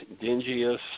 dingiest